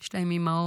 יש להם אימהות,